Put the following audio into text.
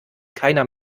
keiner